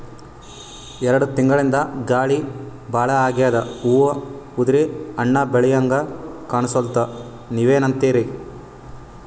ಎರೆಡ್ ತಿಂಗಳಿಂದ ಗಾಳಿ ಭಾಳ ಆಗ್ಯಾದ, ಹೂವ ಉದ್ರಿ ಹಣ್ಣ ಬೆಳಿಹಂಗ ಕಾಣಸ್ವಲ್ತು, ನೀವೆನಂತಿರಿ?